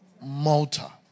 Malta